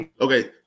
Okay